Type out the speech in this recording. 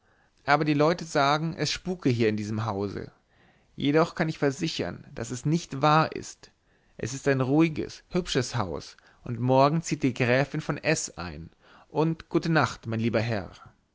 aber die leute sagen es spuke hier in diesem hause jedoch kann ich versichern daß es nicht wahr ist es ist ein ruhiges hübsches haus und morgen zieht die gnädige gräfin von s ein und gute nacht mein lieber herr